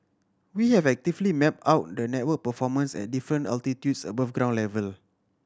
we have actively mapped out the network performance at different altitudes above ground level